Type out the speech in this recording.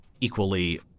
equally